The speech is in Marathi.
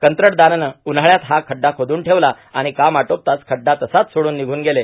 कंत्राटदारानं उन्हाळ्यात हा खड्डा खोदून ठेवला आणि काम आटोपताच खड्डा तसाच सोडून निघून गेले